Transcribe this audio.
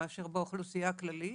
מאשר באוכלוסייה הכללית